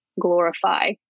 glorify